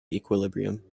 equilibrium